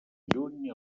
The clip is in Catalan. lluny